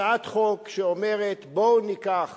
הצעת חוק שאומרת: בואו ניקח